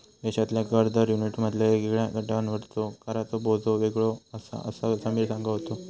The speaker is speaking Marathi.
देशातल्या कर दर युनिटमधल्या वेगवेगळ्या गटांवरचो कराचो बोजो वेगळो आसा, असा समीर सांगा होतो